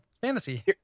Fantasy